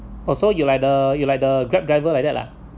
oh so you're like the you're like the grab driver like that lah